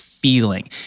feeling